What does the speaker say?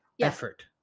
effort